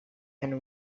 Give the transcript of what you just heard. and